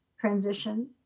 transition